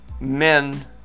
men